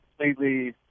completely